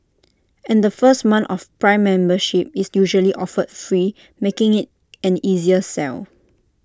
and the first month of prime membership is usually offered free making IT an easier sell